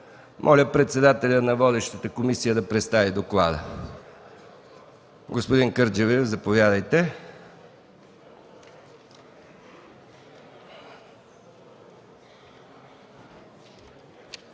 Моля, председателят на водещата комисия да представи доклада. Господин Кърджалиев, заповядайте.